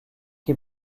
qui